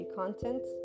content